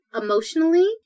emotionally